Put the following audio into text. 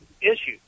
issues